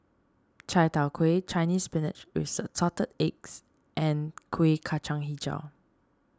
Chai Tow Kway Chinese Spinach with Assorted Eggs and Kuih Kacang HiJau